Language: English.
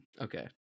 Okay